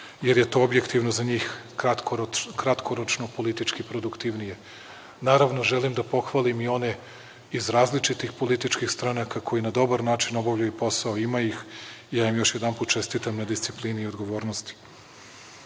jer je to objektivno za njih kratkoročno politički produktivnije. Naravno, želim da pohvalim i one iz različitih političkih stranaka koji na dobar način obavljaju posao, ima ih i ja im još jednom čestitam na disciplini i odgovornosti.Zašto